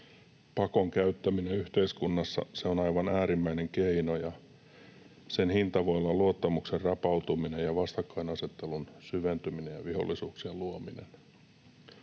Pakon käyttäminen yhteiskunnassa on aivan äärimmäinen keino, ja sen hinta voi olla luottamuksen rapautuminen ja vastakkainasettelun syventyminen ja vihollisuuksien luominen.